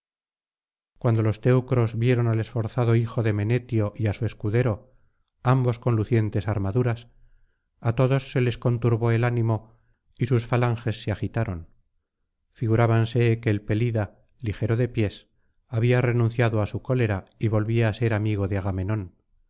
cuando los teucros vieron al esforzado hijo de menetio y á su escudero ambos con lucientes armaduras á todos se les conturbó el ánimo y sus falanges se agitaron figurábanse que el pelida ligero de pies había renunciado á su cólera y volvía á ser amigo de agamenón